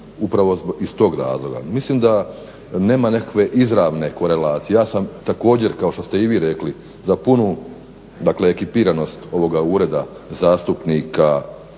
upravo iz tog razloga. Mislim da nema nekakve izravne korelacije. Ja sam također kao što ste i vi rekli za punu dakle ekipiranost ovoga ureda zastupnika